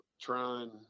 trying